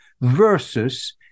versus